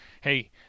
hey